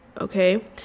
okay